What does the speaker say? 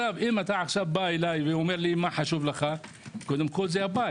אם אתה אומר לי מה חשוב לך קודם כל הבית.